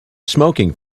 smoking